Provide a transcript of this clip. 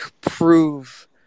prove